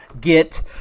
get